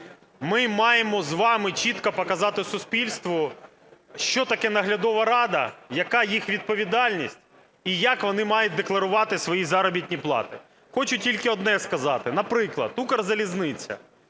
Ми маємо з вами чітко показати суспільству, що таке наглядова рада, яка їх відповідальність і як вони мають декларувати свої заробітні плати. Хочу тільки одне сказати. Наприклад, Укрзалізниця,